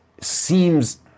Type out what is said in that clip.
seems